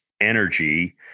energy